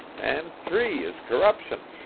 and three is corruption.